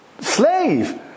slave